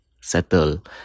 Settle